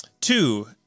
Two